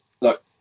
look